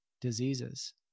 diseases